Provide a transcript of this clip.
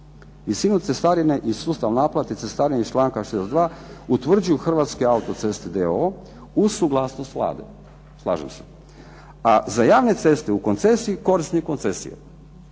Visinu cestarine i sustav naplate cestarine iz članka 62. utvrđuju Hrvatske autoceste uz suglasnost Vlade, slažem se. A za javne ceste u koncesiji korisnik koncesije.